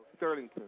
Sterlington